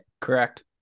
Correct